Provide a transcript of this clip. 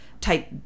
type